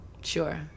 Sure